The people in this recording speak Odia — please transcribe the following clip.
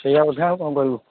ସେୟା କଥା ଆଉ କ'ଣ କହିବୁ